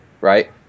right